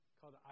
called